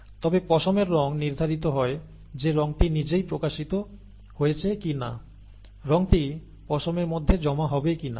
তবে পশমের রঙ নির্ধারিত হয় যে রঙটি নিজেই প্রকাশিত হয়েছে কি না রঙটি পশমের মধ্যে জমা হবে কিনা